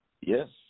Yes